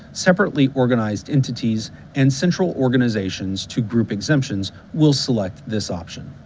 separately organized entities and central organizations to group exemptions will select this option.